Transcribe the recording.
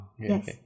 yes